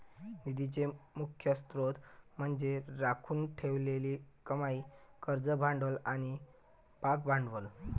निधीचे मुख्य स्त्रोत म्हणजे राखून ठेवलेली कमाई, कर्ज भांडवल आणि भागभांडवल